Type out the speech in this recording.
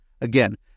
Again